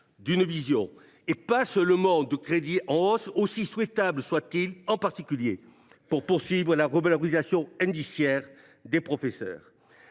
d’une vision, et pas seulement de crédits en hausse, aussi souhaitables soient ils, en particulier pour poursuivre la revalorisation indiciaire des professeurs.